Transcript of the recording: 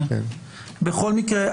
בכל מקרה,